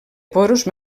porus